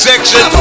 Section